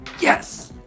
Yes